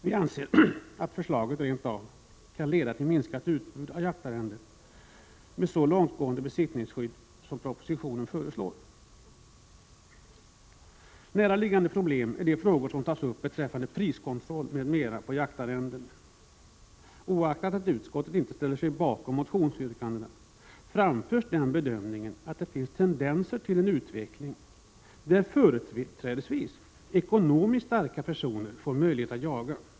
Vi anser att förslaget i propositionen med så långtgående besittningsskydd rent av kan leda till minskat utbud av jaktarrenden. Näraliggande problem är de frågor som tas upp beträffande priskontroll m.m. på jaktarrenden. Oaktat att utskottet inte ställer sig bakom motionsyrkandena framförs den bedömningen att det finns tendenser till en utveckling där företrädesvis ekonomiskt starka personer får möjlighet att jaga.